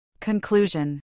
Conclusion